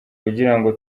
kugirango